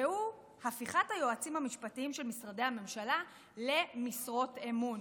והוא הפיכת היועצים המשפטיים של משרדי הממשלה למשרות אמון.